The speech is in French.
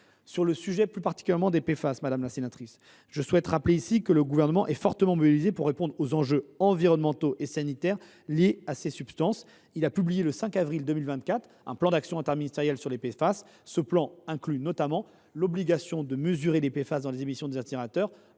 Sur le sujet plus particulier des PFAS, je souhaite rappeler que le Gouvernement est fortement mobilisé pour répondre aux enjeux environnementaux et sanitaires liés à ces substances. Il a publié le 5 avril 2024 un plan d’action interministériel sur les PFAS, qui inclut notamment l’obligation de mesurer ces substances dans les émissions des incinérateurs